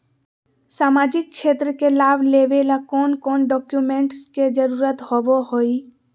सामाजिक क्षेत्र के लाभ लेबे ला कौन कौन डाक्यूमेंट्स के जरुरत होबो होई?